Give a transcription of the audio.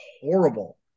horrible